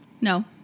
No